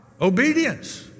obedience